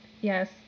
yes